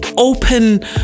open